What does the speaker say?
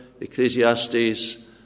Ecclesiastes